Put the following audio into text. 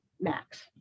max